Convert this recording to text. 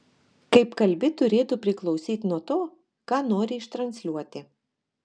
kaip kalbi turėtų priklausyt nuo to ką nori ištransliuoti